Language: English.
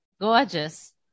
Gorgeous